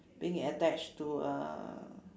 being attached to uh